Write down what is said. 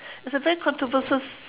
it's a very controversial